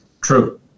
True